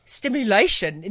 stimulation